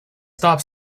stop